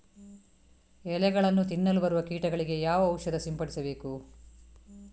ಎಲೆಗಳನ್ನು ತಿನ್ನಲು ಬರುವ ಕೀಟಗಳಿಗೆ ಯಾವ ಔಷಧ ಸಿಂಪಡಿಸಬೇಕು?